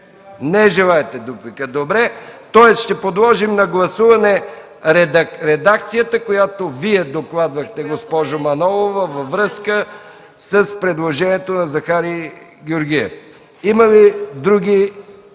Не желаете дуплика, добре. Тоест ще подложим на гласуване редакцията, която Вие докладвахте, госпожо Манолова, във връзка с предложението на Захари Георгиев. Има ли други